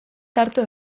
tarte